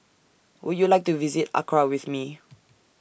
Would YOU like to visit Accra with Me